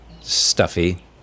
stuffy